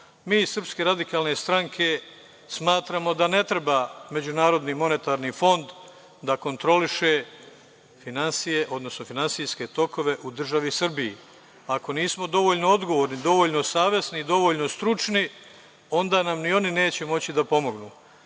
Mi iz SRS smatramo da ne treba MMF da kontroliše finansije, odnosno finansijske tokove u državi Srbiji. Ako nismo dovoljno odgovorni, dovoljno savesni, dovoljno stručni, onda nam ni oni neće moći da pomognu.